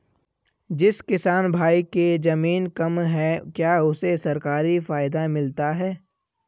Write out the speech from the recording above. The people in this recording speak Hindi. जिस किसान भाई के ज़मीन कम है क्या उसे सरकारी फायदा मिलता है?